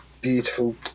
beautiful